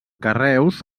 carreus